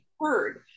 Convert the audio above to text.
heard